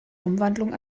umwandlung